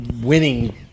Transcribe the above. winning